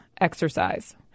exercise